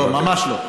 לא, ממש לא.